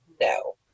no